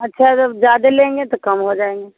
अच्छा जब ज़्यादे लेंगे तो कम हो जाएँगे